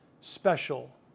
special